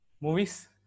Movies